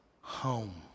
home